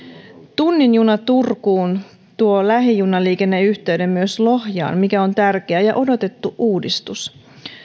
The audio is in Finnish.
tunnin juna turkuun tuo lähijunaliikenneyhteyden myös lohjalle mikä on tärkeä ja odotettu uudistus helsingistä